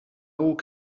haut